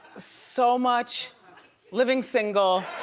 so much living single.